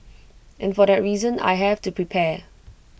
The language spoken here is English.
and for that reason I have to prepare